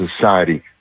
society